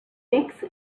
mix